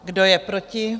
Kdo je proti?